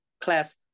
class